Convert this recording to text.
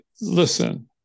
listen